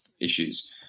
issues